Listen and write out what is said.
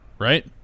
Right